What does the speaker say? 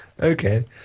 Okay